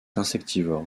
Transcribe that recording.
insectivore